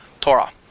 Torah